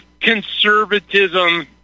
conservatism